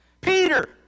Peter